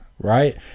Right